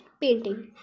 painting